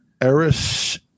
Eris